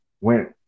went